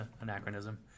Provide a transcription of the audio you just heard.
anachronism